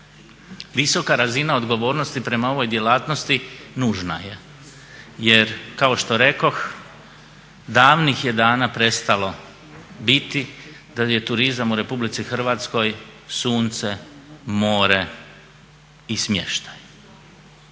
Visoka razina odgovornosti prema ovoj djelatnosti nužna je, jer kao što rekoh davnih je dana prestalo biti da je turizam u RH sunce, more i smještaj.